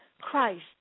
Christ